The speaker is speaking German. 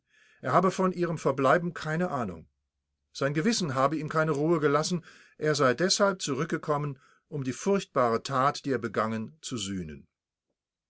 er habe von ihrem verbleiben keine ahnung sein gewissen habe ihm keine ruhe gelassen er sei deshalb zurückgekommen um die furchbare tat die er begangen zu sühnen